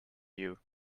you